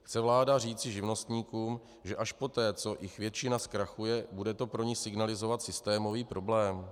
Chce vláda říci živnostníkům, že až poté, co jich většina zkrachuje, bude to pro ni signalizovat systémový problém?